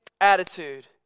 attitude